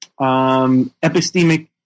epistemic